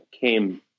came